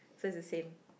so is same